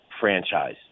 franchise